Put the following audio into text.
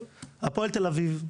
הפועל תל אביב,